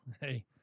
hey